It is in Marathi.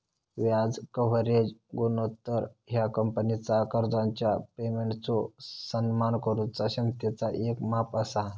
व्याज कव्हरेज गुणोत्तर ह्या कंपनीचा कर्जाच्या पेमेंटचो सन्मान करुचा क्षमतेचा येक माप असा